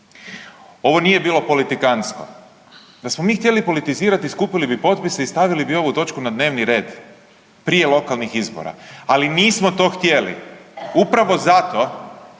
Ovo nije bilo politikanstvo. Da smo mi htjeli politizirati, skupili bi potpise i stavili bi ovu točku na dnevni red prije lokalnih izbora, ali nismo to htjeli upravo zato